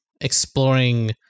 exploring